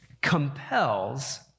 compels